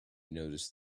noticed